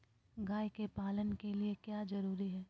गाय के पालन के लिए क्या जरूरी है?